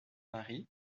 mari